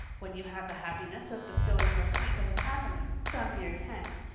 when you have the happiness of bestowing your sweet little catherine, some years hence,